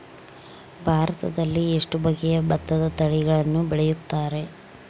ಭಾರತದಲ್ಲಿ ಎಷ್ಟು ಬಗೆಯ ಭತ್ತದ ತಳಿಗಳನ್ನು ಬೆಳೆಯುತ್ತಾರೆ?